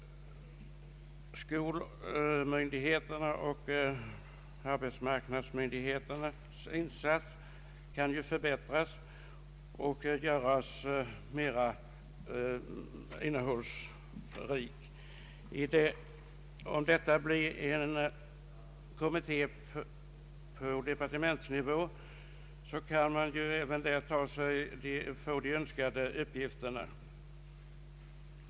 Skolmyndigheternas och arbetsmarknadsmyndigheternas insats kan ju förbättras och göras mera innehållsrik. En kommitté på departementsnivå kan också få de önskade uppgifterna.